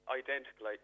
identical